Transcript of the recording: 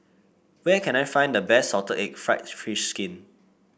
where can I find the best salt egg fried fish skin